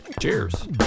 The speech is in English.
Cheers